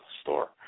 store